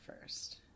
first